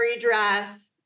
dress